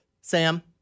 Sam